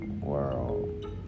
world